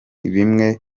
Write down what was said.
bimwe